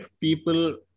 people